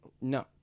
No